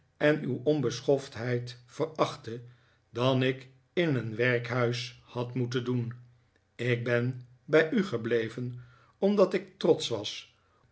en uw onbeschoftheid verachtte dan ik in een werkhuis had moeten doen ik ben bij u gebleven omdat ik trbtsch was